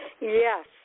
Yes